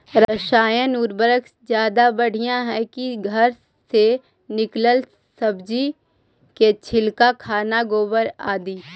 रासायन उर्वरक ज्यादा बढ़िया हैं कि घर से निकलल सब्जी के छिलका, खाना, गोबर, आदि?